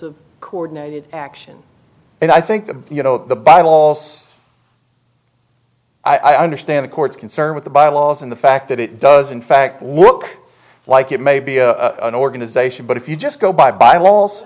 of coordinated action and i think that you know the bible also i understand the court's concern with the bylaws and the fact that it does in fact look like it may be an organization but if you just go by by